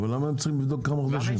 אבל למה הם צריכים לבדוק כל כך הרבה זמן?